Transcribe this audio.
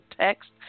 text